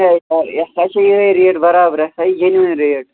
یہ ہَسا چھِ ریٹ بروبر یہِ ہَسا چھِ جیٚنوَن ریٹ